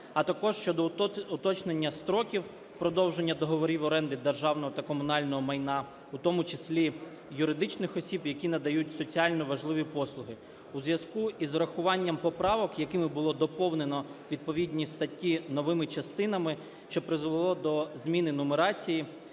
а також щодо уточнення строків продовження договорів оренди державного та комунального майна, у тому числі юридичних осіб, які надають соціально важливі послуги. У зв'язку з урахуванням поправок, якими було доповнено відповідні статті новими частинами, що призвело до зміни нумерації,